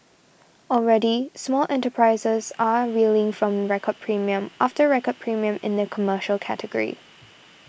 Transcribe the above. already small enterprises are reeling from record premium after record premium in the commercial category